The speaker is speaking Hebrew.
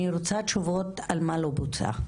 אני רוצה תשובות על מה לא בוצע.